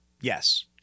yes